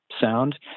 sound